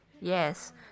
yes